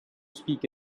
speak